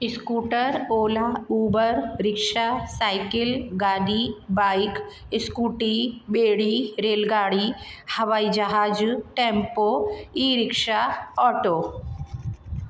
scooter Ola Uber rickshaw cycle गाॾी bike Scooty ॿेड़ी rail गाड़ी हवाई जहाज टैम्पो ई रिक्शा ऑटो